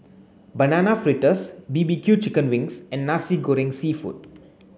banana fritters B B Q chicken wings and Nasi Goreng seafood